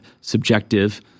subjective